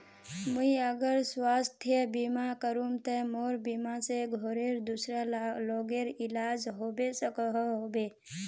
मुई अगर स्वास्थ्य बीमा करूम ते मोर बीमा से घोरेर दूसरा लोगेर इलाज होबे सकोहो होबे?